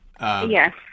Yes